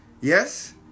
Yes